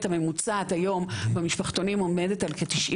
הממוצעת היום במשפחתונים עומדת על 93%,